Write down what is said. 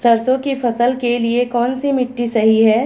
सरसों की फसल के लिए कौनसी मिट्टी सही हैं?